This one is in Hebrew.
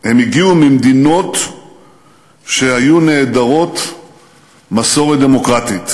ממדינות שהיו נעדרות מסורת דמוקרטית.